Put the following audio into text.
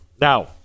Now